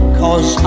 cause